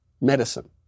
medicine